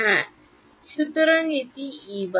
হ্যাঁ সুতরাং এটি Ey